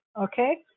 okay